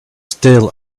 still